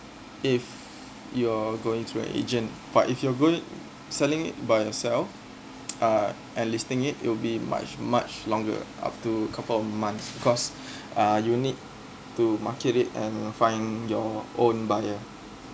if you're going to an agent but if you're going selling it by yourself uh uh listing it will be much much longer up to a couple of months because uh you'll need to market it and find your own buyer